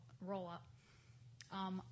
roll-up